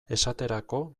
esaterako